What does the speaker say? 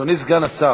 אדוני סגן השר,